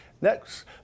Next